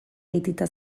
aitita